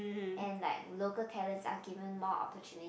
and like local talents are given more opportuni~